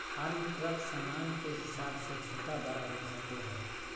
farm truck सामान के हिसाब से छोटा बड़ा हो सको हय